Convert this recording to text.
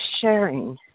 sharing